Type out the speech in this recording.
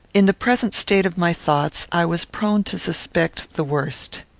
in the present state of my thoughts, i was prone to suspect the worst.